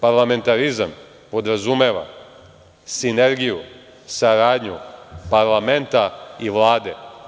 Parlamentarizam podrazumeva sinergiju, saradnju parlamenta i Vlade.